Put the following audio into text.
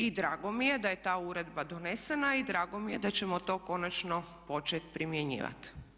I drago mi je da je ta uredba donesena i drago mi je da ćemo to konačno početi primjenjivati.